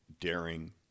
daring